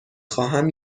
خواهم